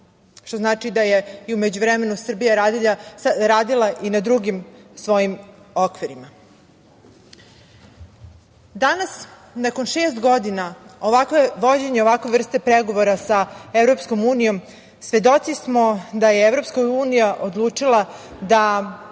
što znači da je i u međuvremenu Srbija radila i na drugim svojim okvirima. Danas nakon šest godina vođenja ovakve vrste pregovora sa EU svedoci smo da je EU odlučila da